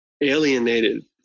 alienated